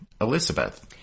Elizabeth